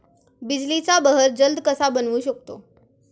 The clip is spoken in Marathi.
बिजलीचा बहर जलद कसा बनवू शकतो?